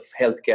healthcare